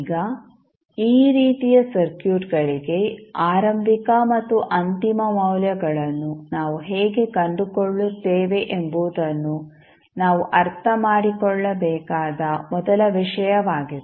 ಈಗ ಈ ರೀತಿಯ ಸರ್ಕ್ಯೂಟ್ಗಳಿಗೆ ಆರಂಭಿಕ ಮತ್ತು ಅಂತಿಮ ಮೌಲ್ಯಗಳನ್ನು ನಾವು ಹೇಗೆ ಕಂಡುಕೊಳ್ಳುತ್ತೇವೆ ಎಂಬುದನ್ನು ನಾವು ಅರ್ಥಮಾಡಿಕೊಳ್ಳಬೇಕಾದ ಮೊದಲ ವಿಷಯವಾಗಿದೆ